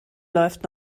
läuft